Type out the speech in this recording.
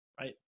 right